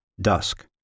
Dusk